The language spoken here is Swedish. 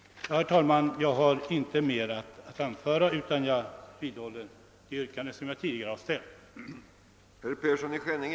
Herr talman! Jag har inte något att tillägga utan vidhåller mitt tidigare yrkande.